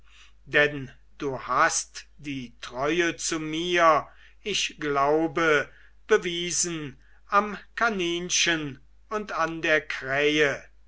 denn du hast die treue zu mir ich glaube bewiesen am kaninchen und an der krähe